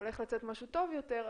הולך לצאת משהו טוב יותר,